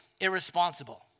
irresponsible